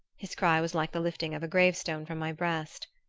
his cry was like the lifting of a grave-stone from my breast.